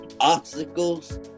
obstacles